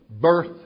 birth